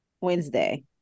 wednesday